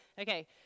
Okay